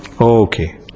okay